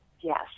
yes